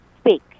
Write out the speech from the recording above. speak